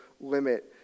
limit